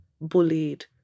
bullied